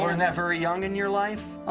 learn that very young in your life? oh,